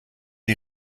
die